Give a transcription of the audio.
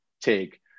take